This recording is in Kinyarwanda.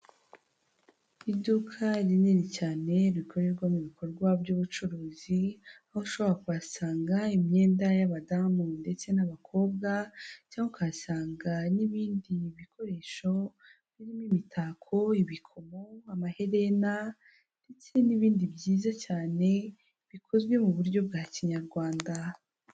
Iduka rinini cyane rikorerwamo bikorwa by'ubucuruzi, aho ushobora kuhasanga imyenda y'abadamu ndetse n'abakobwa cyangwa ukahasanga n'ibindi bikoresho birimo imitako, ibikomo, amaherena, ndetse n'ibindi byiza cyane bikozwe mu buryo bwa kinyarwanda.